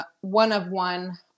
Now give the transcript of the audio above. one-of-one